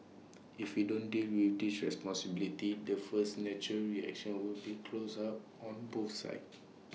if we don't deal with dish responsibly the first natural reaction will be to close up on both sides